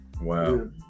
Wow